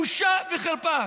בושה וחרפה.